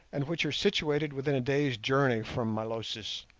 and which are situated within a day's journey from milosis,